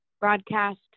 broadcast